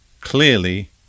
clearly